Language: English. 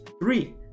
three